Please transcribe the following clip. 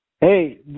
Hey